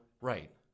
Right